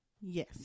yes